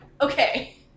Okay